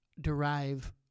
derive